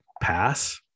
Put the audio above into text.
pass